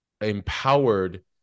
empowered